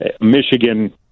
Michigan